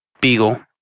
Beagle